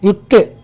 விட்டு